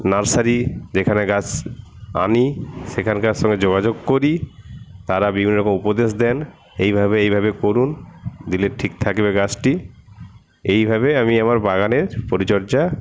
nursery যেখানে গাছ আনি সেখানকার সঙ্গে যোগাযোগ করি তারা বিভিন্ন রকম উপদেশ দেন এইভাবে এইভাবে করুন দিলে ঠিক থাকবে গাছটি এইভাবে আমি আমার বাগানে পরিচর্যা